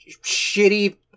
shitty